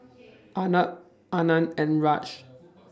Arnab Anand and Raj